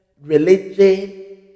religion